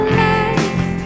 life